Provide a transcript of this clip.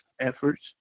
efforts